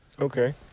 Okay